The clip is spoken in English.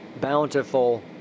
bountiful